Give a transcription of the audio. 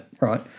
right